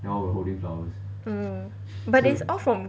mm but they all from